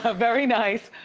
ah very nice.